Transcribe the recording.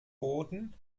boden